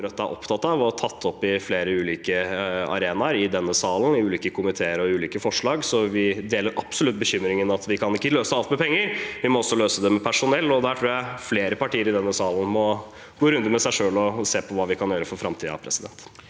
Rødt er opptatt av, og som vi har tatt opp på flere ulike arenaer, i denne salen og i ulike komiteer, og gjennom ulike forslag. Vi deler absolutt bekymringen om at vi ikke kan løse alt med penger, vi må også løse det med personell. Der tror jeg flere partier i denne salen må gå noen runder med seg selv og se på hva vi kan gjøre for framtiden. Presidenten